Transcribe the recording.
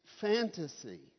fantasy